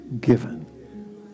given